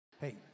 Hey